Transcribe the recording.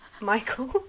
Michael